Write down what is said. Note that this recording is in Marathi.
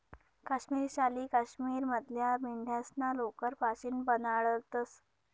काश्मिरी शाली काश्मीर मधल्या मेंढ्यास्ना लोकर पाशीन बनाडतंस